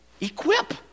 equip